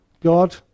God